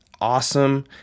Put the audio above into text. awesome